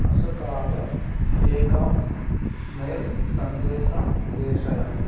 अशोकाय एकं मेल् सन्देसम् प्रेषय